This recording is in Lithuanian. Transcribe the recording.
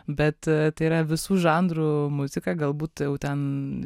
bet tai yra visų žanrų muzika galbūt jau ten